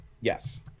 Yes